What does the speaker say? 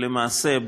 למעשה,